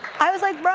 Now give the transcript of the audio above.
i was, like,